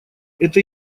это